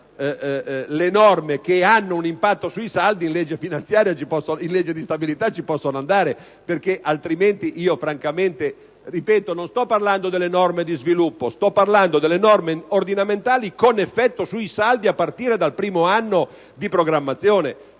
le norme che hanno un impatto sui saldi in legge di stabilità ci possono andare. Non sto parlando delle norme di sviluppo, ma delle norme ordinamentali con effetto sui saldi a partire dal primo anno di programmazione;